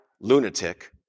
lunatic